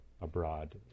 abroad